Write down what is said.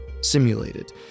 simulated